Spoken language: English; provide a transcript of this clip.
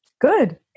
Good